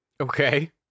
Okay